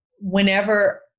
Whenever